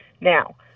Now